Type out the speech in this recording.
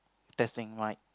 testing mic